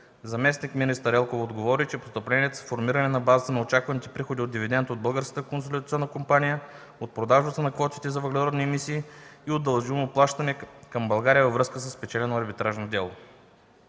Заместник-министър Елкова отговори, че постъпленията са формирани на базата на чаканите приходи от дивидент от Българската консолидационна компания, от продажбата на квотите за въглеродни емисии и от дължимо плащане към България във връзка със спечелено арбитражно дело.